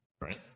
Right